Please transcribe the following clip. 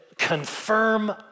confirm